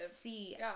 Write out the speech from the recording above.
see